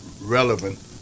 relevant